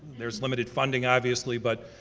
there's limited funding obviously but,